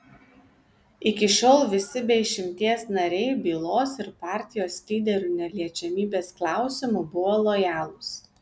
iki šiol visi be išimties nariai bylos ir partijos lyderių neliečiamybės klausimu buvo lojalūs